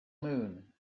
moon